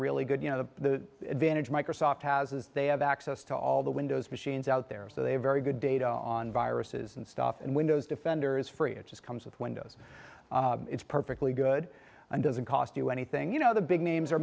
really good you know the advantage microsoft has is they have access to all the windows machines out there so they have very good data on viruses and stuff and windows defender is free it just comes with windows it's perfectly good and doesn't cost you anything you know the big names are